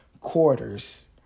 quarters